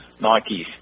Nikes